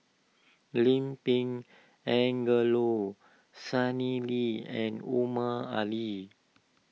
Lim Pin Angelo Sanelli and Omar Ali